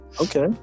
Okay